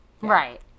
Right